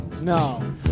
No